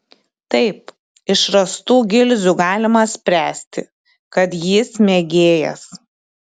taip iš rastų gilzių galima spręsti kad jis mėgėjas